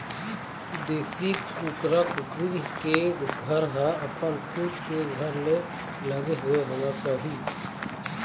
देशी कुकरा कुकरी के घर ह अपन खुद के घर ले लगे हुए होना चाही